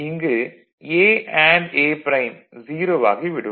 இங்கு A and A prime 0 ஆகி விடும்